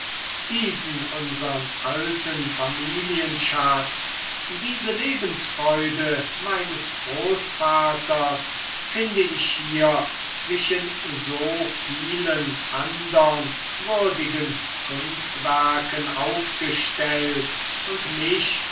diesen unsern alten familienschatz diese lebensfreude meines großvaters finde ich hier zwischen so vielen andern würdigen kunstwerken aufgestellt und mich